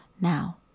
Now